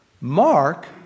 Mark